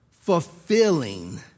fulfilling